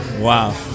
wow